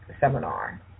seminar